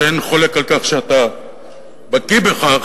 שאין חולק על כך שאתה בקי בכך,